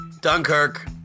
Dunkirk